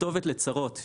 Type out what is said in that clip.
כתובת לצרות.